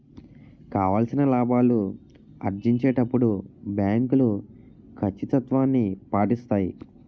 కావాల్సిన లాభాలు ఆర్జించేటప్పుడు బ్యాంకులు కచ్చితత్వాన్ని పాటిస్తాయి